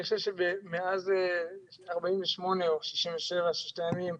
אני חושב שמאז 48' או 67', ששת הימים,